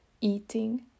eating